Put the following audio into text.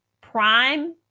prime